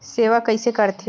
सेवा कइसे करथे?